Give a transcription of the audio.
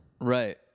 right